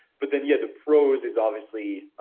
but then, yeah, the pros is obviously,